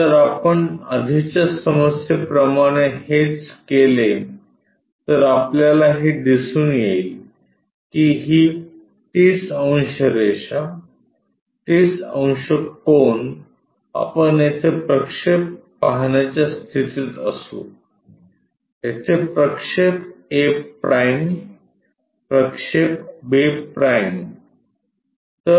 जर आपण आधीच्या समस्ये प्रमाणे हेच केले तर आपल्याला हे दिसून येईल की ही 30 अंश रेषा 30 अंश कोन आपण येथे प्रक्षेप पाहण्याच्या स्थितीत असू येथे प्रक्षेप a' प्रक्षेप b'